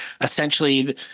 essentially